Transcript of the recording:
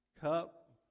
cup